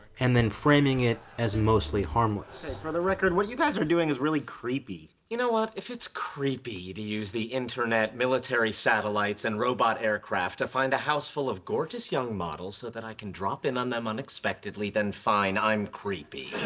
and then framing it as mostly harmless. leonard for the record, what you guys are doing is really creepy. howard you know what? if it's creepy to use the internet, military satellites and robot aircraft to find a house full of gorgeous young models, so that i can drop in on them unexpectedly, then fine i'm creepy.